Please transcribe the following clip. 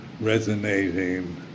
resonating